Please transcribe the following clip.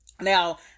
Now